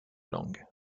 long